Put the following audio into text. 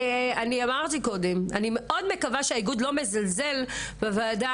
אמרתי קודם שאני מאוד מקווה שהאיגוד לא מזלזל בוועדה